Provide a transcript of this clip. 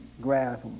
grass